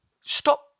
stop